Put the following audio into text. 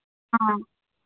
हाँ